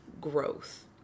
growth